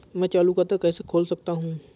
मैं चालू खाता कैसे खोल सकता हूँ?